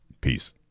Peace